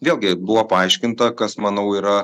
vėlgi buvo paaiškinta kas manau yra